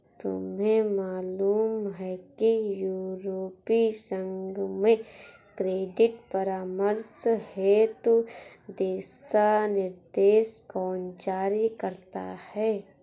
तुम्हें मालूम है कि यूरोपीय संघ में क्रेडिट परामर्श हेतु दिशानिर्देश कौन जारी करता है?